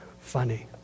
funny